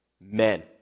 men